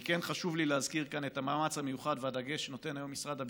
כן חשוב לי להזכיר כאן את המאמץ המיוחד והדגש שנותן היום משרד הביטחון.